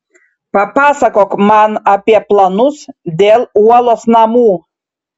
papasakok man apie planus dėl uolos namų